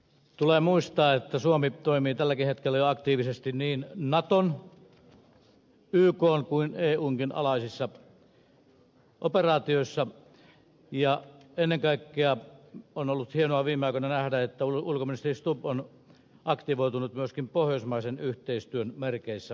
tulee muistaa että suomi toimii tälläkin hetkellä jo aktiivisesti niin naton ykn kuin eunkin alaisissa operaatioissa ja ennen kaikkea on ollut hienoa viime aikoina nähdä että ulkoministeri stubb on aktivoitunut myöskin pohjoismaisen yhteistyön merkeissä runsaasti